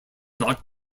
not